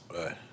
Right